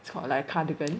sort of like cardigan